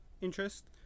interest